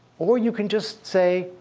or you can just say,